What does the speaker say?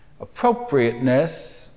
appropriateness